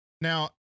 Now